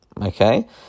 okay